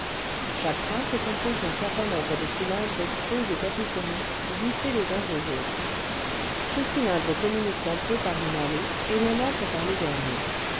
chaque train se compose d'un certain nombre de cylindres creux et capitonnés vissés les uns aux autres ces cylindres communiquent entre eux par une allée et l'on entre par le dernier